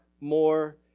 more